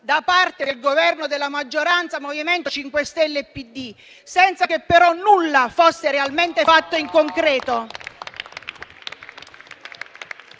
da parte del Governo a maggioranza MoVimento 5 Stelle e Partito Democratico senza che però nulla fosse realmente fatto in concreto.